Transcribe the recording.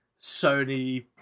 Sony